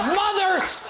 mother's